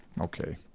Okay